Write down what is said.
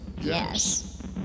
Yes